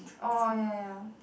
orh ya ya ya